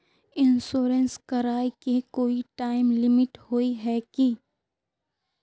Insurance कराए के कोई टाइम लिमिट होय है की?